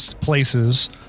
places